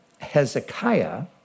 Hezekiah